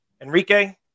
Enrique